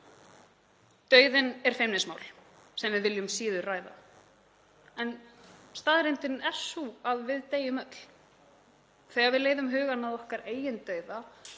Dauðinn er feimnismál sem við viljum síður ræða en staðreyndin er sú að við deyjum öll. Þegar við leiðum hugann að okkar eigin dauða